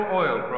oil